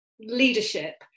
leadership